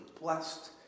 blessed